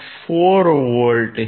4 volt છે